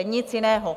Nic jiného.